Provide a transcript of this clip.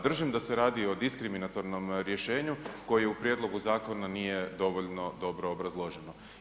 Držim da se radi o diskriminatornom rješenju koji u prijedlogu zakona nije dovoljno dobro obrazložen.